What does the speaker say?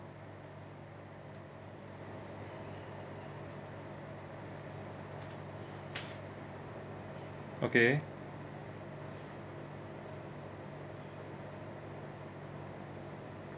okay